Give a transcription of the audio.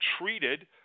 treated